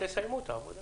אז תסיימו את העבודה,